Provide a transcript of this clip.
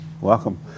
Welcome